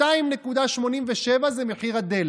2.87 זה מחיר הדלק.